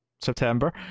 september